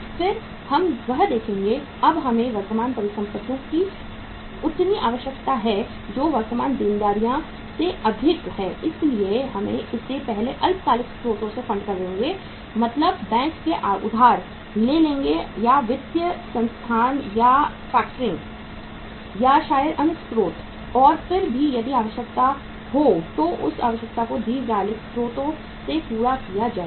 फिर हम वह देखेंगे अब हमें वर्तमान परिसंपत्तियों की उतनी आवश्यकता है जो वर्तमान देनदारियाँ से अधिक है इसलिए हम इसे पहले अल्पकालिक स्रोतों से फंड करेंगे मतलब बैंक से उधार ले लेंगे या वित्तीय संस्थान या फैक्टरिंग या शायद अन्य स्रोत और फिर भी यदि आवश्यकता हो तो उस आवश्यकता को दीर्घकालिक स्रोतों से पूरा किया जाएगा